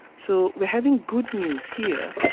so we are having good news here,